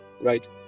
right